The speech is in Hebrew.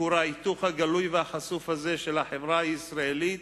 מכור ההיתוך הגלוי והחשוף הזה של החברה הישראלית,